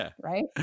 right